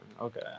Okay